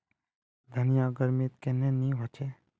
धनिया गर्मित कन्हे ने होचे?